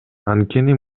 анткени